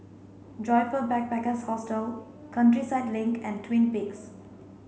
Joyfor Backpackers' Hostel Countryside Link and Twin Peaks